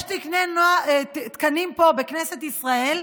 יש תקנים פה בכנסת ישראל,